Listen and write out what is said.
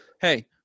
Hey